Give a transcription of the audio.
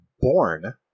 born